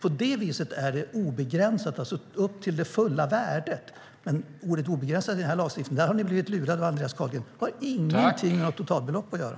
På det viset är det obegränsat, alltså upp till det fulla värdet. Men när det gäller ordet obegränsat i den här lagstiftningen har ni blivit lurade av Andreas Carlgren. Det har ingenting med något totalbelopp att göra.